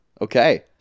Okay